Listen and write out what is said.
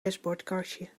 dashboardkastje